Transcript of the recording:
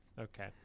Okay